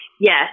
yes